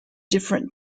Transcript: different